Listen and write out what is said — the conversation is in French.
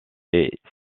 est